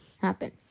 happen